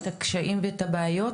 את הקשיים ואת הבעיות,